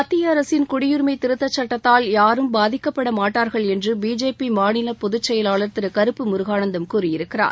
மத்திய அரசின் குடியுரிமை திருத்த சுட்டத்தால் யாரும் பாதிக்கப்படமாட்டா்கள் என்று பிஜேபி மாநில பொதுச்செயலாளர் திரு கருப்பு முருகானந்தம் கூறியிருக்கிறார்